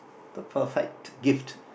the perfect gift